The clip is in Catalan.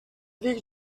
dic